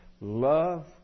Love